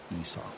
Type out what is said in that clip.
Esau